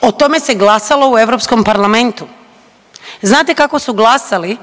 O tome se glasalo u Europskom parlamentu. Znate kako su glasali